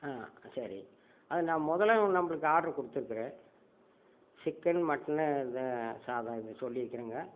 ஆ சரி அது நான் முதல்ல நம்மளுக்கு ஆடரு கொடுத்துருக்குறேன் சிக்கன் மட்டனு சாதம் இது சொல்லிருக்கிறேங்க